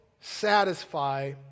satisfy